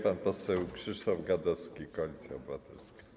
Pan poseł Krzysztof Gadowski, Koalicja Obywatelska.